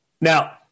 Now